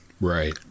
Right